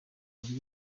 buryo